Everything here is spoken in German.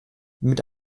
mit